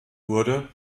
wurde